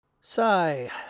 Sigh